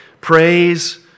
Praise